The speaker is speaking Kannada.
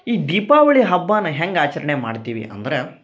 ಈ ದೀಪಾವಳಿ ಹಬ್ಬನ ಹೆಂಗೆ ಆಚರಣೆ ಮಾಡ್ತೀವಿ ಅಂದರ